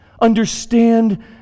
understand